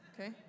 okay